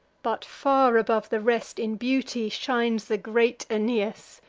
but far above the rest in beauty shines the great aeneas,